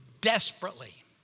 desperately